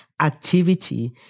activity